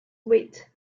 wit